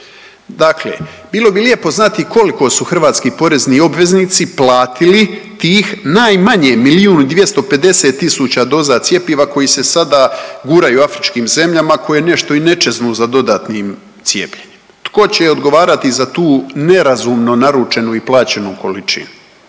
Dakle, bilo bi lijepo znati koliko su hrvatski porezni obveznici platili tih najmanje milijun i 250 tisuća doza cjepiva koje se sada guraju afričkim zemljama koje nešto i ne čeznu za dodatnim cijepljenjem. Tko će odgovarati za tu nerazumno naručenu i plaćenu količinu?